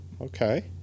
Okay